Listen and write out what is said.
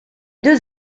deux